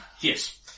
Yes